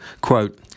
Quote